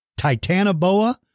Titanoboa